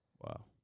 Wow